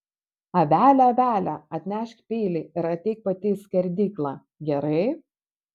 avele avele atnešk peilį ir ateik pati į skerdyklą gerai